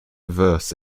verse